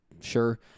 sure